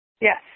Yes